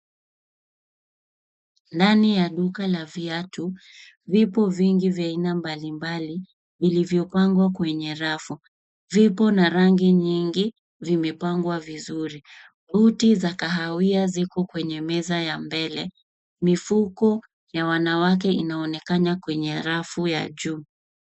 Ndani ya duka la viatu, vipo vingi vya aina mbali mbali, vilivyopangwa kwenye rafu. Vipo na rangi nyingi, vimepangwa vizuri. Buti za kahawia ziko kwenye meza ya mbele. Mifuko ya wanawake inaonekana kwenye rafu ya juu.